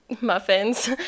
muffins